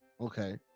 Okay